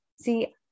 See